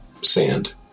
sand